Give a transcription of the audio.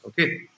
Okay